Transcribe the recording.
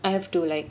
I have to like